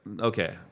okay